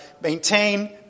maintain